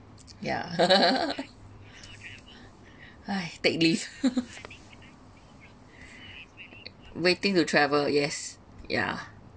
yeah take leave waiting to travel yes yeah